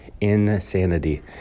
insanity